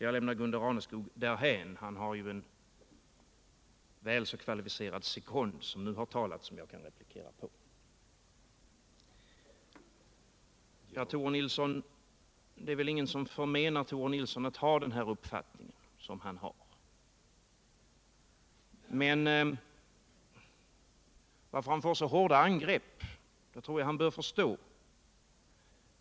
Jag lämnar Gunde Raneskog därhän, han har ju en väl så kvalificerad sekond som nu har talat och som jag kan replikera på. Tore Nilsson! Det är väl ingen som förmenar Tore Nilsson att ha den uppfattning han har. Men jag tror han bör förstå varför han får så hårda angrepp.